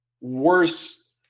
worse